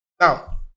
Now